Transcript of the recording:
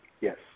Yes